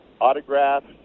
autographs